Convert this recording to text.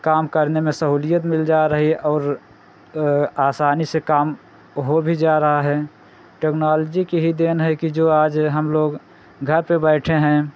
काम करने में सहूलियत मिल जा रही और आसानी से काम हो भी जा रहा है टेक्नॉलजी की ही देन है कि जो आज हम लोग घर पर बैठे हैं